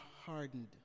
hardened